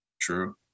True